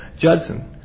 Judson